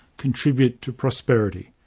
contribute to prosperity.